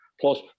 Plus